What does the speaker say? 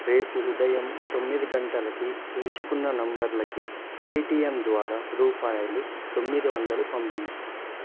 రేపు ఉదయం తొమ్మిది గంటలకి ఎంచుకున్న నంబర్లకి పేటిఎం ద్వారా రూపాయలు తొమ్మిది వందలు పంపించు